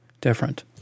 different